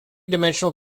dimensional